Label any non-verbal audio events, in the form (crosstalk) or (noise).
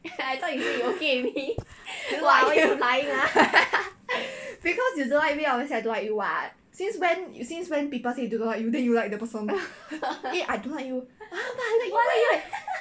(laughs) because you don't like me obviously I don't like you what since when since when people say they don't like you then you like the person eh I don't like you !huh! but I like you leh